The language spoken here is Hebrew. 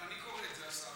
גם אני קורא את זה, השר,